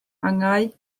angau